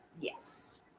Yes